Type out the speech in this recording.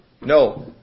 No